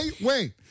Wait